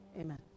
amen